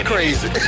Crazy